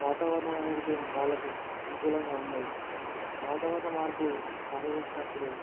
వాతావరణం అనేటిది వాళ్లకు అనుకూలంగా ఉండదు వాతావరణ మార్పులు సంభవించినప్పుడు